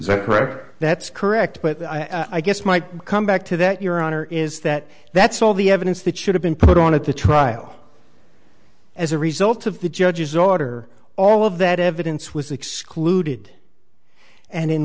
is that correct that's correct but i guess might come back to that your honor is that that's all the evidence that should have been put on at the trial as a result of the judge's order all of that evidence was excluded and